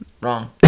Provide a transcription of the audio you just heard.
wrong